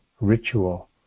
ritual